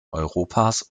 europas